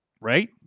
Right